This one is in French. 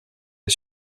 est